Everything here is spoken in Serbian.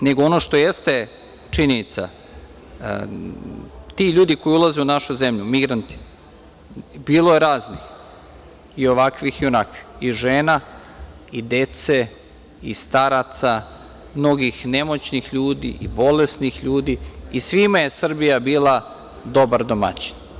Ono što jeste činjenica, ti ljudi koji ulaze u našu zemlju, migranti, bilo je raznih i ovakvih i onakvih i žena i dece i staraca, mnogih nemoćnih ljudi i bolesnih ljudi i svima je Srbija bila dobar domaćin.